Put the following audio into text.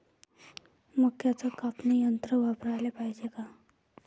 मक्क्याचं कापनी यंत्र वापराले पायजे का?